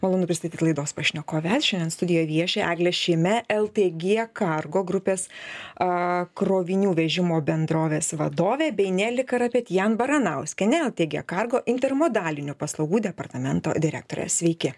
malonu pristatyt laidos pašnekoves šiandien studijoj vieši eglė šyme ltg kargo grupės krovinių vežimo bendrovės vadovė bei neli karapetjan baranauskienė taigi kargo intermodalinių paslaugų departamento direktorė sveiki